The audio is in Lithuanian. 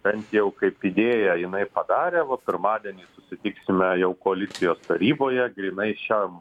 bent jau kaip idėją jinai padarė vat pirmadienį susitiksime jau koalicijos taryboje grynai šiam